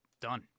Done